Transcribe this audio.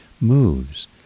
moves